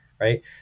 right